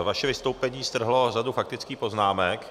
Vaše vystoupení strhlo řadu faktických poznámek.